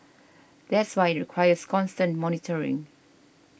that's why it requires constant monitoring